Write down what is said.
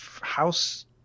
house